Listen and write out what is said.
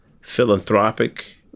philanthropic